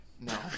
No